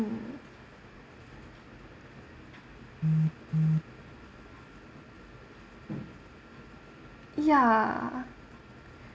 ya